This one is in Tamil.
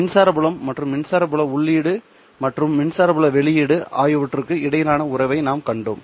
மின்சார புலம் மற்றும் மின்சார புல உள்ளீடு மற்றும் மின்சார புல வெளியீடு ஆகியவற்றுக்கு இடையிலான உறவை நாம் கண்டோம்